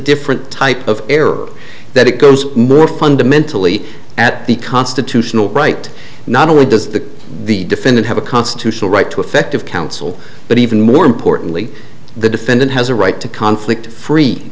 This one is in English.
different type of error that it goes more fundamentally at the constitutional right not only does the the defendant have a constitutional right to effective counsel but even more importantly the defendant has a right to conflict free